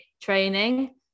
training